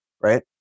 right